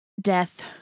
death